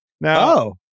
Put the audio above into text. Now